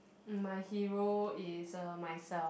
my hero is uh myself